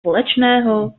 společného